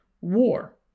war